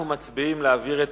אנחנו מצביעים על ההצעה להעביר את